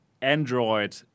Android